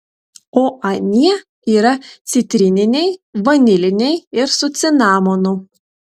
o anie yra citrininiai vaniliniai ir su cinamonu